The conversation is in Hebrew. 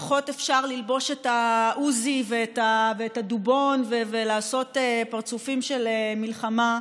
פחות אפשר ללבוש את העוזי ואת הדובון ולעשות פרצופים של מלחמה.